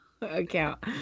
account